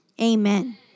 amen